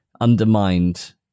Undermined